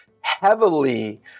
heavily